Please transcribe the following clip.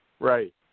Right